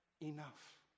enough